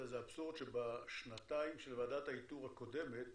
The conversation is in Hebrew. זה אבסורד שבשנתיים של ועדת האיתור הקודמת